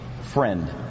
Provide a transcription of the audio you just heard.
friend